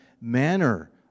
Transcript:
manner